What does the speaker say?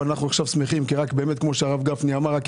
אנחנו עכשיו שמחים כי כמו שהרב גפני אמר,